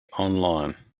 online